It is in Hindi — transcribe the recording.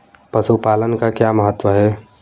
पशुपालन का क्या महत्व है?